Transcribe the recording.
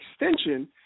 extension